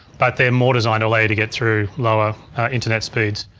but they're more designed only to get through lower internet speeds.